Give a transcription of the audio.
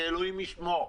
שאלוהים ישמור.